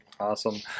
awesome